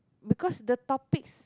because the topics